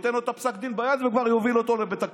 ייתן לו את פסק הדין ביד וכבר יוביל אותו לבית הכלא.